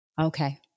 okay